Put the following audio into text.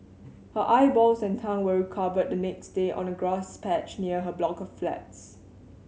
her eyeballs and tongue were recovered the next day on a grass patch near her block of flats